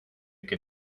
que